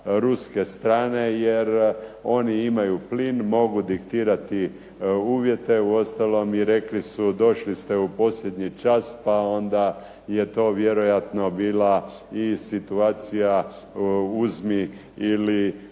ruske strane jer oni imaju plin, mogu diktirati uvjete. Uostalom i rekli su, došli ste u posljednji čas pa onda je to vjerojatno bila i situacija uzmi ili